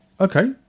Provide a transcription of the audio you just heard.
Okay